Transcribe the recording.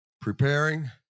preparing